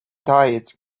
diet